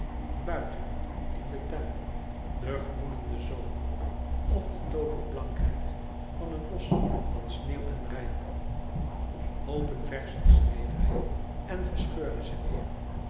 buiten in den tuin de groenende zomer of de tooverblankheid van een bosch van sneeuw en rijp hoopen verzen schreef hij en verscheurde ze weêr